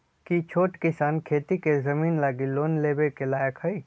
कि छोट किसान खेती के जमीन लागी लोन लेवे के लायक हई?